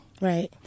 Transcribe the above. Right